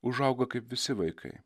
užauga kaip visi vaikai